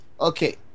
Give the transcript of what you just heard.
Okay